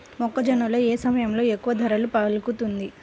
మొక్కజొన్న ఏ సమయంలో ఎక్కువ ధర పలుకుతుంది?